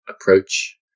approach